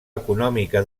econòmica